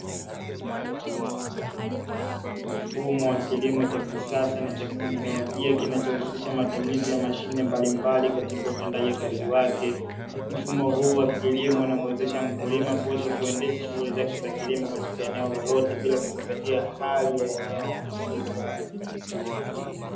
Mfumo wa kilimo cha kisasa na cha kiteknolojia, kinachohusisha matumizi ya mashine mbalimbali katika utendajikazi wake, mfumo huu wa kilimo unamuwezesha mkulima kuweza kuendesha shughuli zake za kilimo katika eneo lolote, bila kuzingatia hali ya eneo husika.